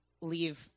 leave